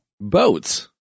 Boats